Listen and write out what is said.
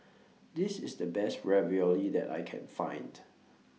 This IS The Best Ravioli that I Can Find